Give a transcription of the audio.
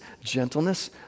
gentleness